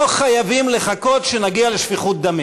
לא חייבים לחכות שנגיע לשפיכות דמים,